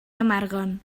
amarguen